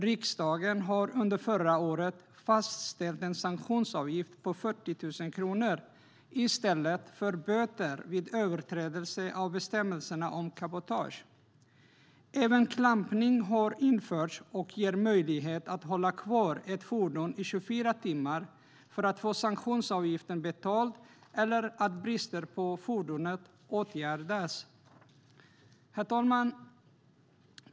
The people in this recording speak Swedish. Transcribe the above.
Riksdagen har under förra året fastställt en sanktionsavgift på 40 000 kronor i stället för böter vid överträdelse av bestämmelserna om cabotage. Även klampning har införts och ger möjlighet att hålla kvar ett fordon i 24 timmar för att få sanktionsavgiften betald eller för att brister på fordonet ska åtgärdas. Herr talman!